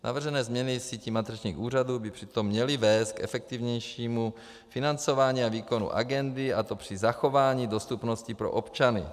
Navržené změny v síti matričních úřadů by přitom měly vést k efektivnějšímu financování a výkonu agendy, a to při zachování dostupnosti pro občany.